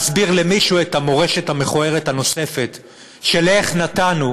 להסביר למישהו את המורשת המכוערת הנוספת של איך נתנו,